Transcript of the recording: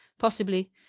possibly.